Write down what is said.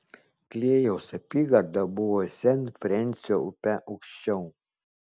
klėjaus apygarda buvo sent frensio upe aukščiau